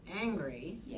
angry